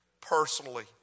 personally